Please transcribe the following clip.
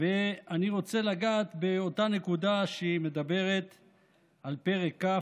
ואני רוצה לגעת באותה נקודה שהיא מדברת על פרק כ':